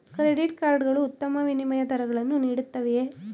Credit card ಗಳು ಉತ್ತಮ ವಿನಿಮಯ ದರಗಳನ್ನು ನೀಡುತ್ತವೆಯೇ?